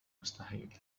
مستحيل